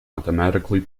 automatically